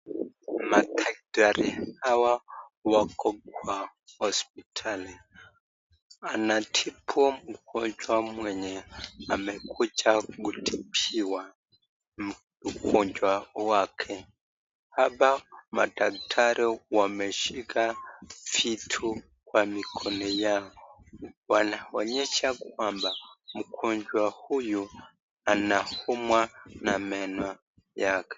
Madaktari hawa wako hospitali wanatibu mgonjwa mwenye amekuja kutibiwa ugonjwa wake, hapa madaktari wameshika vitu kwa mikono yao, wanaonyesha kua mgonjwa huyu anaumwa na meno yake.